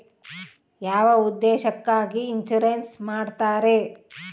ಯಾವ ಉದ್ದೇಶಕ್ಕಾಗಿ ಇನ್ಸುರೆನ್ಸ್ ಮಾಡ್ತಾರೆ?